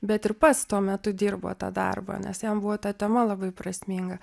bet ir pats tuo metu dirbo tą darbą nes jam buvo ta tema labai prasminga